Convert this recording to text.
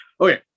Okay